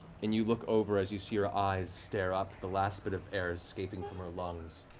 and you look over as you see her eyes stare up, the last bit of air escaping from her lungs